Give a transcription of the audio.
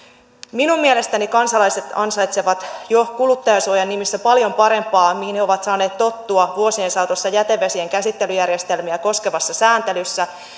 minun mielestäni kansalaiset ansaitsevat jo kuluttajansuojan nimissä paljon parempaa kuin mihin he ovat saaneet tottua vuosien saatossa jätevesien käsittelyjärjestelmiä koskevassa sääntelyssä